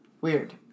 Weird